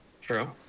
True